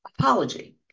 Apology